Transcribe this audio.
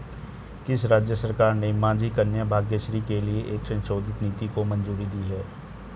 किस राज्य सरकार ने माझी कन्या भाग्यश्री के लिए एक संशोधित नीति को मंजूरी दी है?